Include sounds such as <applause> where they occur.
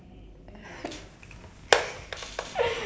<laughs>